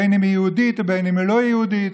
בין שהיא יהודית ובין שהיא לא יהודית,